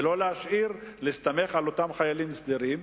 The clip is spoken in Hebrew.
ולא להסתמך על חיילים סדירים